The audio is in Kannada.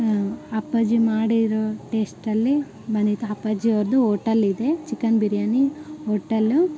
ಅಪ್ಪಾಜಿ ಮಾಡಿರೋ ಟೇಸ್ಟಲ್ಲಿ ಬಂದಿತ್ತು ಅಪ್ಪಾಜಿ ಅವ್ರದ್ದು ಓಟಲ್ ಇದೆ ಚಿಕನ್ ಬಿರಿಯಾನಿ ಹೋಟಲ್ಲು